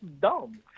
dumb